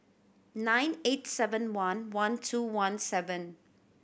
nine eight seven one one two one seven